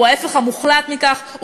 הוא ההפך המוחלט מכך,